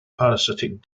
parasitic